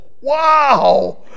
wow